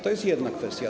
To jest jedna kwestia.